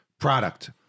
product